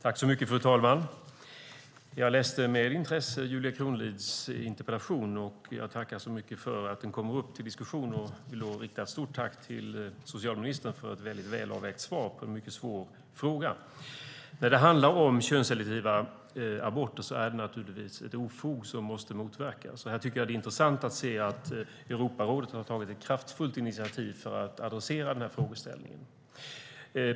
Fru talman! Jag läste med intresse Julia Kronlids interpellation, och jag tackar så mycket för att den kommer upp till diskussion, och jag vill rikta ett stort tack till socialministern för ett mycket välavvägt svar på en mycket svår fråga. Könsselektiva aborter är naturligtvis ett ofog som måste motverkas. Här tycker jag att det är intressant att Europarådet har tagit ett kraftfullt initiativ för att adressera denna frågeställning.